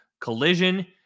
collision